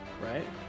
right